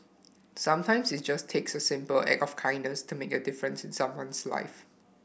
sometimes it just takes a simple act of kindness to make a difference in someone's life